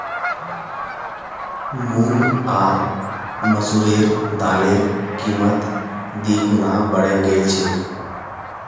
मूंग आर मसूरेर दालेर कीमत दी गुना बढ़े गेल छेक